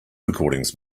recordings